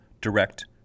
direct